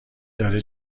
داره